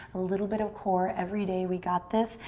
a little bit of core every day, we got this.